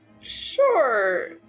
Sure